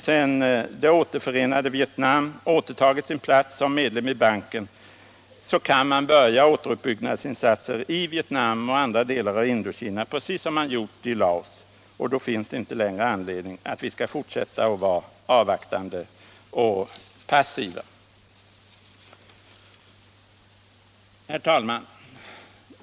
Sedan det återförenade Vietnam nu återtagit sin plats som medlem i banken kan man börja återuppbyggnadsinsatser i Vietnam och andra delar av Indokina, precis som man gjort i Laos. Då finns det inte längre anledning för oss att fortsätta att vara avvaktande och passiva. Herr talman!